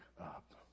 up